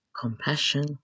compassion